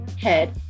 Head